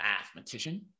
mathematician